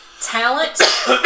Talent